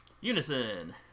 Unison